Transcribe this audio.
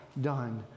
done